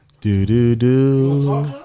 Do-do-do